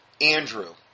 Andrew